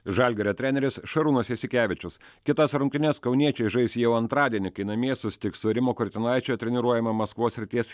žalgirio treneris šarūnas jasikevičius kitas rungtynes kauniečiai žais jau antradienį kai namie susitiks su rimo kurtinaičio treniruojama maskvos srities